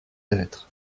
être